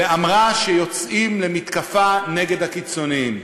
ואמרה שיוצאים למתקפה נגד הקיצונים.